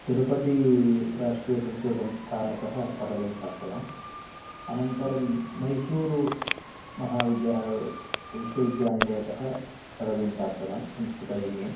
तिरुपती राष्ट्रीयसंस्कृतसंस्थानतः पदवीं प्राप्तवान् अनन्तरं मैसूरु महाविद्या विश्वविद्यानिलयकः पदवीं प्राप्तवान् संस्कृत एम् ए